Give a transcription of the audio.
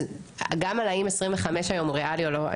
גם לשאלה האם 25 שקלים היום זה ריאלי או לא,